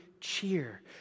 cheer